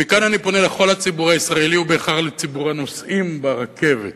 ומכאן אני פונה לכל הציבור הישראלי ובכך לציבור הנוסעים ברכבת,